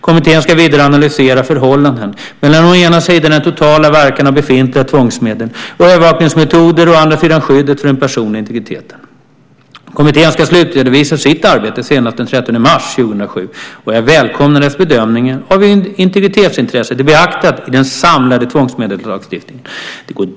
Kommittén ska vidare analysera förhållandet mellan å ena sidan den totala verkan av befintliga tvångsmedel och övervakningsmetoder och å andra sidan skyddet för den personliga integriteten. Kommittén ska slutredovisa sitt arbete senast den 30 mars 2007, och jag välkomnar dess bedömning av hur integritetsintresset är beaktat i den samlade tvångsmedelslagstiftningen.